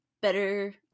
better